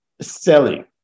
selling